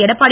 Edappadi